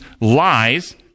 lies